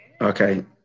Okay